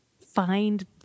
find